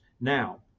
Now